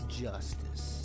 justice